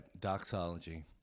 doxology